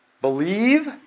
Believe